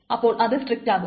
അപ്പോൾ അത് സ്ട്രിക്റ്റാകും